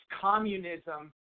communism